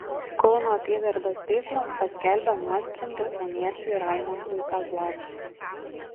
kauno apygardos teismas paskelbė nuosprendį kauniečiui raimondui kazlauskui